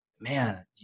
man